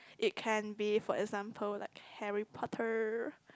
it can be for example like Harry-Potter